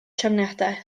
trefniadau